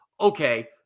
okay